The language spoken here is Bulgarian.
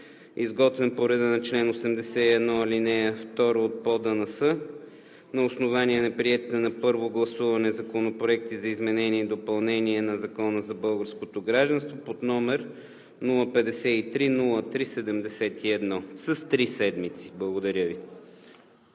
изготвен по реда на чл. 83, ал. 2 от ПОДНС на основание на приетите на първо гласуване законопроекти за изменение и допълнение на Закона за българското гражданство под № 053-03-71, с три седмици. Благодаря Ви.